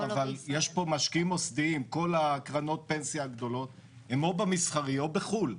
כל קרנות הפנסיה הגדולות הן או במסחרי או בחו"ל.